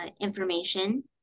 information